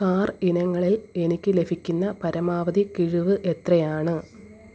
car ഇനങ്ങളിൽ എനിക്ക് ലഭിക്കുന്ന പരമാവധി കിഴിവ് എത്രയാണ്